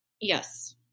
Yes